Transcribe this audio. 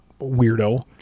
weirdo